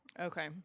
Okay